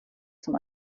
zum